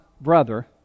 brother